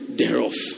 thereof